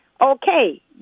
okay